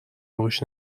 روش